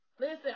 Listen